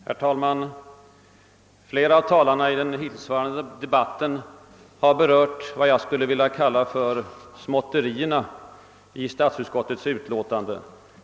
Herr talman! Flera av talarna har i den hittillsvarande debatten berört vad jag skulle vilja kalla för småtterierna i statsutskottets utlåtande.